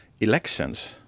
Elections